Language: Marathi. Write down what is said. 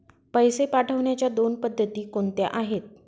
पैसे पाठवण्याच्या दोन पद्धती कोणत्या आहेत?